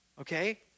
okay